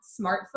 smartphone